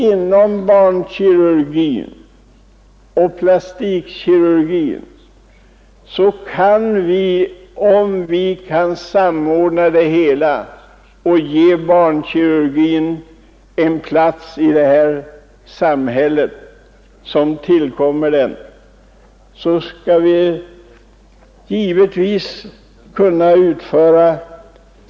Från årtionden tillbaka och framåt har vi tillåtit tandläkare på högsta nivå att bedriva affärsverksamhet. Denna affärsverksamhet är tydligen viktigare än bättringen av barns dåliga tänder.